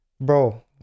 Bro